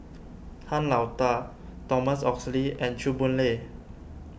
Han Lao Da Thomas Oxley and Chew Boon Lay